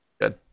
Good